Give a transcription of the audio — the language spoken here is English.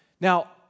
Now